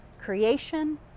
creation